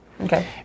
Okay